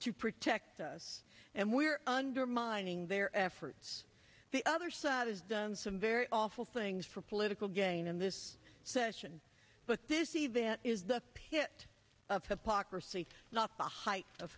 to protect us and we are undermining their efforts the other side has done some very awful things for political gain in this session but this event is the pit of poc recy the height of